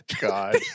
god